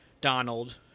Donald